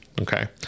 okay